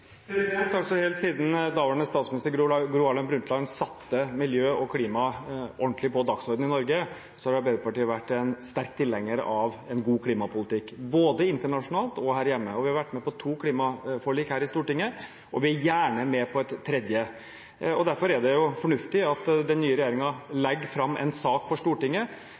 Helt siden daværende statsminister Gro Harlem Brundtland satte miljø og klima ordentlig på dagsordenen i Norge, har Arbeiderpartiet vært en sterk tilhenger av en god klimapolitikk, både internasjonalt og her hjemme. Vi har vært med på to klimaforlik i Stortinget, vi er gjerne med på et tredje. Derfor er det fornuftig at den nye regjeringen legger fram en sak for Stortinget.